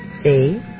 See